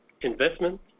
investment